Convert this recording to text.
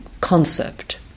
concept